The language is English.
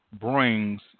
brings